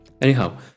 Anyhow